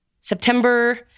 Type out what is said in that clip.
September